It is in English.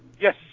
Yes